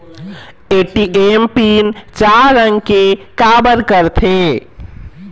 ATM pin चार अंक के का बर करथे?